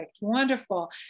wonderful